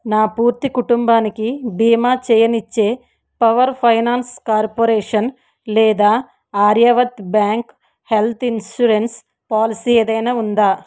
నా పూర్తి కుటుంబానికి భీమా చేయనిచ్చే పవర్ ఫైనాన్స్ కార్పొరేషన్ లేదా Aryavart bank health insurance policy ఏదైనా ఉందా